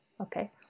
okay